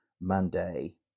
Monday